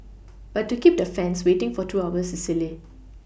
but to keep the fans waiting for two hours is silly